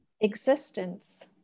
existence